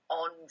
on